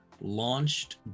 launched